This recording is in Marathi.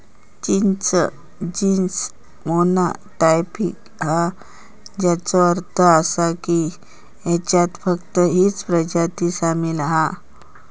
चिंच जीन्स मोनो टायपिक हा, ज्याचो अर्थ असा की ह्याच्यात फक्त हीच प्रजाती सामील हा